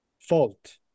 fault